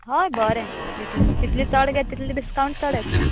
हय बरें दितलें जितलें चड घेता तितलो डिस्कावंट चड येतलो